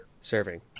serving